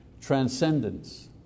Transcendence